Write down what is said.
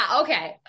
Okay